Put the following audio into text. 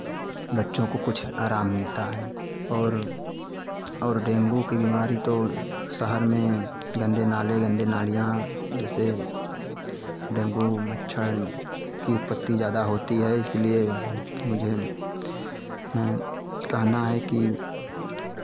बच्चों को कुछ आराम मिलता है और और डेंगू की बीमारी तो शहर में गंदे नाले गंदे नालियाँ जैसे डेंगू मच्छर की उत्पत्ति ज़्यादा होती है इसीलिए मुझे मैं कहना है कि